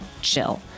chill